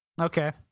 Okay